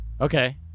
Okay